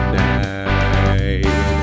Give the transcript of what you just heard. night